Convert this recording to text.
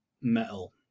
metal